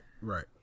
right